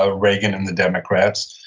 ah reagan and the democrats,